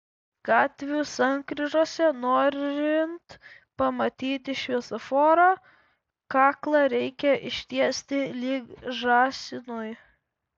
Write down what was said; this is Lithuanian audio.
gatvių sankryžose norint pamatyti šviesoforą kaklą reikia ištiesti lyg žąsinui